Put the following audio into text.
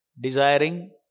desiring